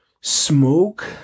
Smoke